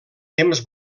temps